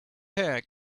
hair